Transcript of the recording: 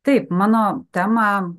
taip mano temą